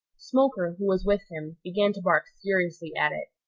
smoker, who was with him, began to bark furiously at it.